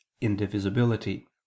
indivisibility